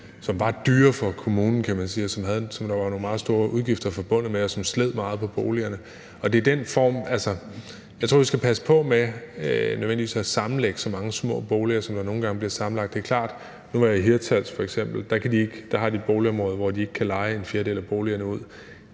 som var dyre for kommunen, som der var nogle meget store udgifter forbundet med, og som sled meget på boligerne. Jeg tror, vi skal passe på med at sammenlægge så mange små boliger, som der nogle gange bliver sammenlagt. Men jeg har f.eks. været i Hirtshals, og der har de boligområder, hvor de ikke kan leje en fjerdedel af boligerne ud,